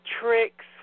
tricks